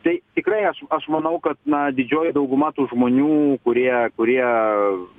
tai tikrai aš aš manau kad na didžioji dauguma tų žmonių kurie kurie